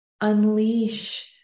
unleash